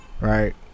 Right